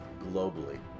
globally